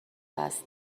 دست